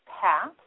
Path